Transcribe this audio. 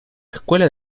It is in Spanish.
escuela